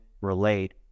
relate